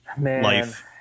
life